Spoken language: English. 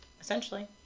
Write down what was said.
essentially